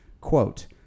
Quote